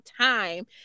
time